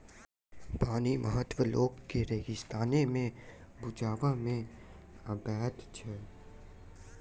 पानिक महत्व लोक के रेगिस्ताने मे बुझबा मे अबैत छै